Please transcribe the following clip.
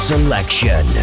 Selection